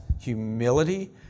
humility